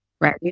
right